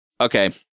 Okay